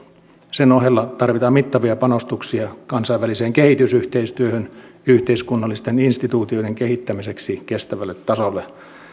sen ohella tarvitaan mittavia panostuksia kansainväliseen kehitysyhteistyöhön yhteiskunnallisten instituutioiden kehittämiseksi kestävälle tasolle